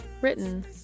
Written